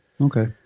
Okay